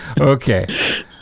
Okay